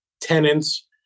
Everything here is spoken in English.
tenants